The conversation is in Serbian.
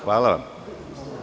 Hvala vam.